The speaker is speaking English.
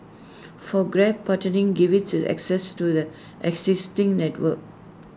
for grab partnering gives IT access to the existing network